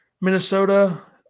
Minnesota